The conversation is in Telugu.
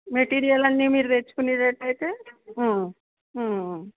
మెటీరియల్ అన్నీ మీరు తెచ్చుకునేటట్టయితే